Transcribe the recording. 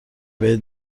بهت